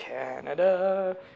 Canada